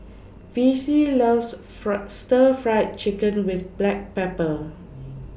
Vicie loves fur Stir Fry Chicken with Black Pepper